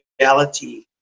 reality